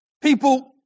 people